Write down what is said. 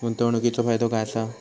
गुंतवणीचो फायदो काय असा?